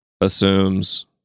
assumes